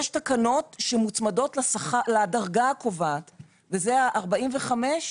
יש תקנות שמוצמדות לדרגה הקובעת וזה 45,